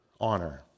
honor